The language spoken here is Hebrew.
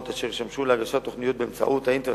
אשר ישמשו להגשת תוכניות באמצעות האינטרנט.